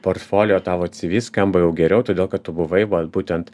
porfolijo tavo cyvy skamba jau geriau todėl kad tu buvai va būtent